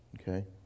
okay